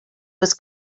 was